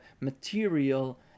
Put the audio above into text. material